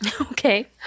Okay